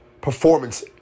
performance